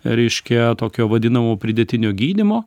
reiškia tokio vadinamo pridėtinio gydymo